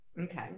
Okay